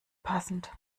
passend